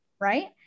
right